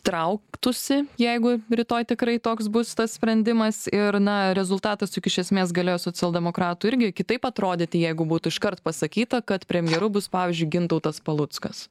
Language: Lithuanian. trauktųsi jeigu rytoj tikrai toks bus tas sprendimas ir na rezultatas juk iš esmės galėjo socialdemokratų irgi kitaip atrodyti jeigu būtų iškart pasakyta kad premjeru bus pavyzdžiui gintautas paluckas